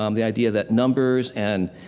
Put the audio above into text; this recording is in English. um the idea that numbers and,